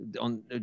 on